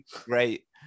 great